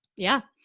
yeah.